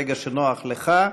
ברגע שנוח לך.